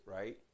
Right